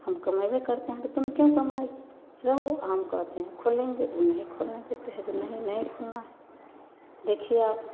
हम कमाइबे करते हैं त तुम क्यों कमाएगी रहो हम कहते हैं खोलेंगे वो नहीं खोलने देते है जो नहीं नहीं खोलना है देखिए आप